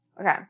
Okay